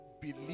believe